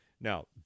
Now